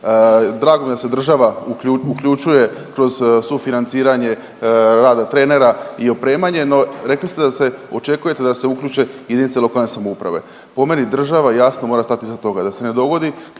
Drago mi je da se država uključuje kroz sufinanciranje rada trenera i opremanje, no rekli ste da se očekujete da se uključe i jedinice lokalne samouprave. Po meni država jasno mora stati iza toga da se ne dogodi